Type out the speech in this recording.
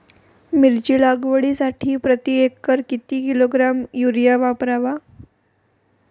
मिरची लागवडीसाठी प्रति एकर किती किलोग्रॅम युरिया वापरावा?